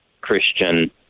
Christian